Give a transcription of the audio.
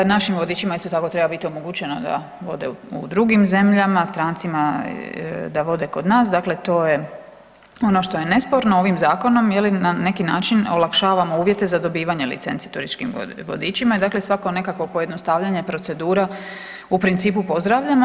Našim vodičima isto tako treba bit omogućeno da vode u drugim zemljama, strancima da vode kod nas, dakle to je ono što je nesporno ovim zakonom je li na neki način olakšavamo uvjete za dobivanje licenci turističkim vodičima i dakle svako nekakvo pojednostavljanje procedura u principu pozdravljamo.